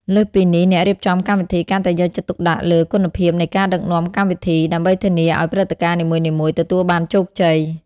លើសពីនេះ អ្នករៀបចំកម្មវិធីកាន់តែយកចិត្តទុកដាក់លើ គុណភាពនៃការដឹកនាំកម្មវិធី ដើម្បីធានាឱ្យព្រឹត្តិការណ៍នីមួយៗទទួលបានជោគជ័យ។